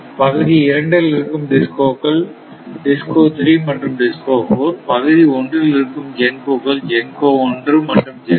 பகுதி 2 இல் இருக்கும் DISCO க்கள் DISCO 3 மற்றும் 4 பகுதி 1 இல் இருக்கும் GENCO க்கள் GENCO 1 மற்றும் 2